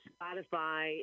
Spotify